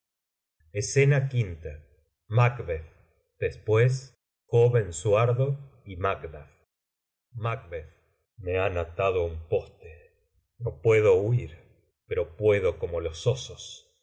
escena v macbeth después joven suardo y macduff macb me han atado á un poste no puedo huir pero puedo como los osos